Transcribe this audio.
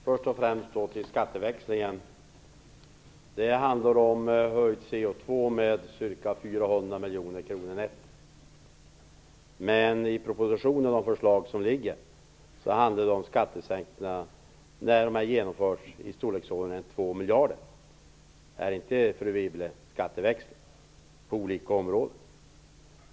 Fru talman! Skatteväxlingen handlar om att höja koldioxidskatten med ca 400 miljoner kronor netto. Men i propositionen och det förslag som föreligger handlar det om skattesänkningar i storleksordningen 2 miljarder kronor när de har genomförts på olika områden. Är inte det, fru Wibble, skatteväxling?